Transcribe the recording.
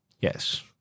Yes